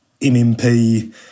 MMP